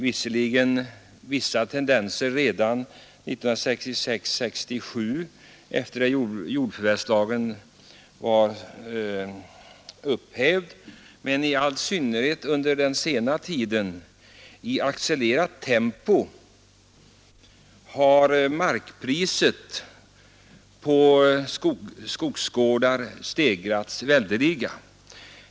Visserligen fanns vissa tendenser redan 1966/67 efter det jordförvärvslagen upphävts, men i all synnerhet under den senaste tiden har markpriset beträffande skogsgårdar stigit i accelererat tempo.